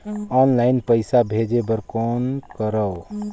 Online पईसा भेजे बर कौन करव?